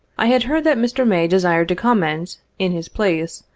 i had heard that mr. may desired to comment, in his place,